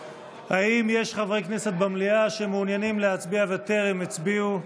האם יש חברי כנסת במליאה שמעוניינים להצביע וטרם הצביעו?